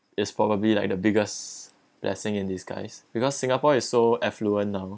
it's probably like the biggest blessing in disguise because singapore is so affluent now